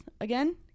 again